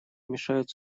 мешают